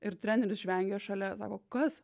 ir treneris žvengė šalia sako kas